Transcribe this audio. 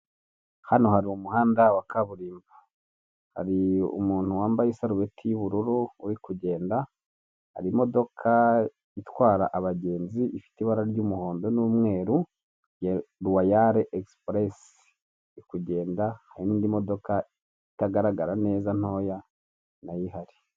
Hano hari umuhanda wa kaburimbo, hari umuntu wambaye isarubeti y'ubururu uri kugenda, hari imodoka itwara abagenzi ifite ibara ry'umuhondo n'umweru, ya ruwayale egisipuresi. Iri kugenda hari indi modoka itagaragara neza nayo ihari.